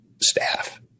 staff